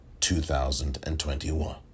2021